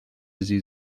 sie